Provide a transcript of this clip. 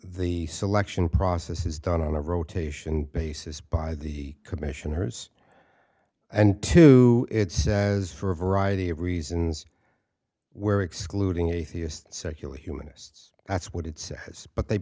the selection process is done on a rotation basis by the commissioners and two it says for a variety of reasons we're excluding atheist secular humanists that's what it says but they